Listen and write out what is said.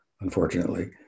unfortunately